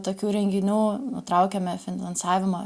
tokių renginių nutraukėme finansavimą